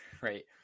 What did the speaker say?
right